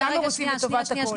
כולנו רוצים לטובת הכלל.